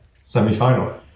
semi-final